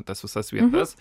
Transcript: tas visas vietas